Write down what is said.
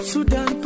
Sudan